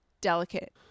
delicate